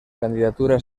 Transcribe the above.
candidatura